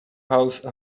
house